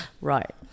Right